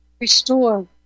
restore